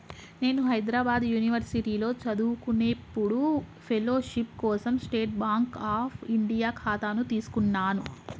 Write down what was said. నేను హైద్రాబాద్ యునివర్సిటీలో చదువుకునేప్పుడు ఫెలోషిప్ కోసం స్టేట్ బాంక్ అఫ్ ఇండియా ఖాతాను తీసుకున్నాను